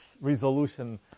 resolution